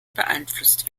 beeinflusst